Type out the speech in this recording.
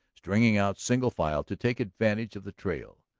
stringing out single file to take advantage of the trail.